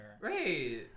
Right